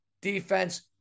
defense